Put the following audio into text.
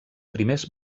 primers